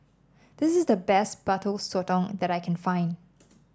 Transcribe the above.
this is the best Butter Sotong that I can find